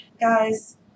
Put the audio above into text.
guys